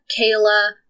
Kayla